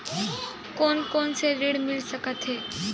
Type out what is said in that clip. कोन कोन से ऋण मिल सकत हे?